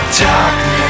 darkness